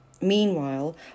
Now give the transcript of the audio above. Meanwhile